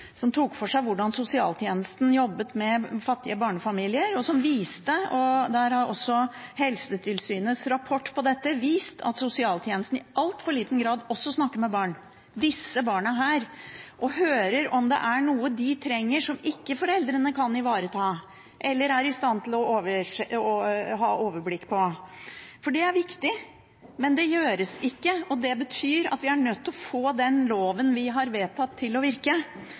som tok for seg hvordan sosialtjenesten jobbet med fattige barnefamilier, som viste – og også Helsetilsynets rapport om dette har vist – at sosialtjenesten i altfor liten grad snakker med barn, disse barna, og hører om det er noe de trenger, som foreldrene ikke kan ivareta, eller er i stand til å ha overblikk over. For det er viktig, men det gjøres ikke, og det betyr at vi er nødt til å få den loven vi har vedtatt, til å virke.